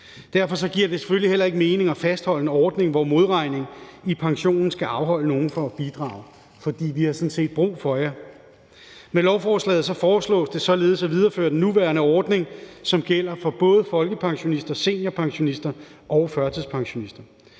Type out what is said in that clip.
Derfor giver det selvfølgelig heller ikke mening at fastholde en ordning, hvor modregning i pensionen skal afholde nogen af jer fra at bidrage, for vi har sådan set brug for jer. Med lovforslaget foreslås det således at videreføre den nuværende ordning, som gælder for både folkepensionister, seniorpensionister og førtidspensionister.